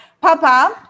Papa